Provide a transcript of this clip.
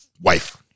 wife